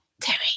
Terry